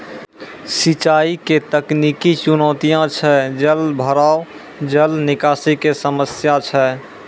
सिंचाई के तकनीकी चुनौतियां छै जलभराव, जल निकासी के समस्या छै